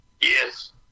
Yes